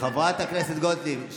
חברת הכנסת גוטליב,